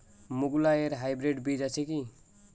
মুগকলাই এর হাইব্রিড বীজ আছে কি?